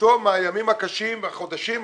בתום הימים הקשים והחודשים,